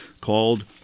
called